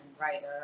writer